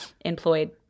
employed